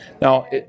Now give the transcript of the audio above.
Now